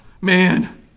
man